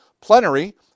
Plenary